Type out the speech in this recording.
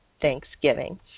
Thanksgiving